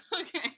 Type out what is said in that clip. okay